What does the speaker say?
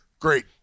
Great